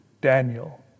Daniel